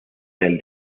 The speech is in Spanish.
del